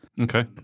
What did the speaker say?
Okay